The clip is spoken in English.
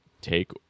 take